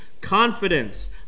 Confidence